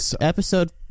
Episode